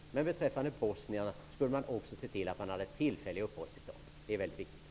Men vad gäller bosnierna skulle man också se till att de fick tillfälligt uppehållstillstånd. Det är viktigt.